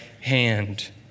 hand